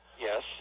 Yes